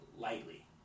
lightly